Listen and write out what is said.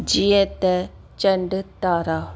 जीअं त चंडु तारा